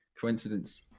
coincidence